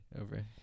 over